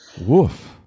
Woof